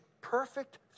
perfect